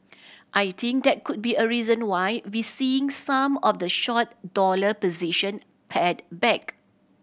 I think that could be a reason why we seeing some of the short dollar position pared back